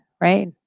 right